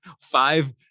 five